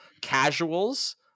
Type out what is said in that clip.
casuals